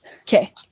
Okay